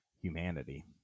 humanity